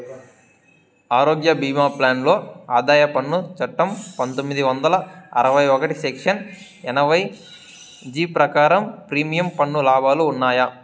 ఆరోగ్య భీమా ప్లాన్ లో ఆదాయ పన్ను చట్టం పందొమ్మిది వందల అరవై ఒకటి సెక్షన్ ఎనభై జీ ప్రకారం ప్రీమియం పన్ను లాభాలు ఉన్నాయా?